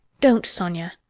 don't, sonia.